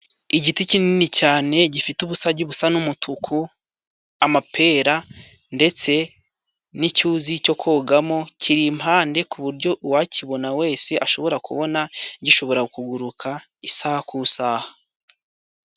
Igiti kinini cyane gifite ubusagi busa n'umutuku amapera ndetse n'icyuzi cyo kogamo kiri impande ku buryo uwakibona wese ashobora kubona gishobora kuguruka isaha ku isaha.